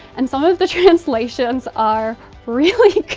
and some of the translations are really